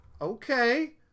okay